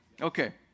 Okay